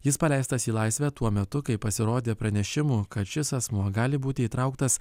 jis paleistas į laisvę tuo metu kai pasirodė pranešimų kad šis asmuo gali būti įtrauktas